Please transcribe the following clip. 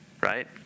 right